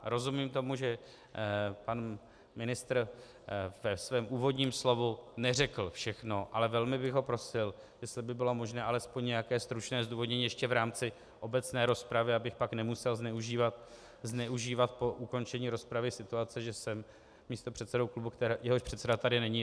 Rozumím tomu, že pan ministr ve svém úvodním slovu neřekl všechno, ale velmi bych ho prosil, jestli by bylo možné alespoň nějaké stručné zdůvodnění ještě v rámci obecné rozpravy, abych pak nemusel zneužívat po ukončení rozpravy situace, že jsem místopředsedou klubu, jehož předseda tu není.